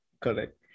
Correct